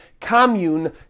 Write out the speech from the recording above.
commune